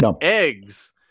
eggs